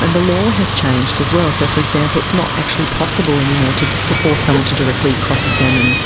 and the law has changed as well. so for example, it's not actually possible anymore to to force someone to directly cross-examine